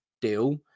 deal